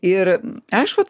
ir aš vat